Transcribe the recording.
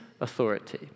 authority